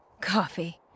Coffee